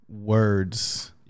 words